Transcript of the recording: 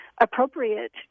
appropriate